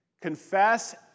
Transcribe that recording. Confess